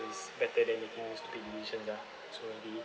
is better than making stupid decisions ah so indeed